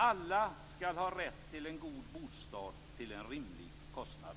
Alla skall ha rätt till en god bostad till en rimlig kostnad.